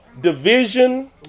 division